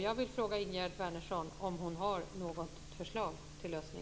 Jag vill fråga Ingegerd Wärnersson om hon har något förslag till en sådan lösning.